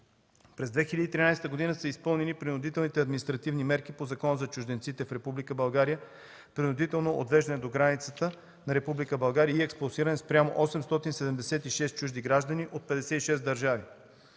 През 2013 г. са изпълнени принудителните административни мерки по Закона за чужденците в Република България – принудително отвеждане до границата на Република България и експулсирани 876 чужди граждани от 56 държави.